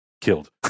killed